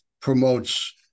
promotes